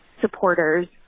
supporters